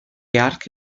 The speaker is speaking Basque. hark